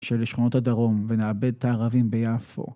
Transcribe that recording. של שכונות הדרום ונאבד תערבים ביפו.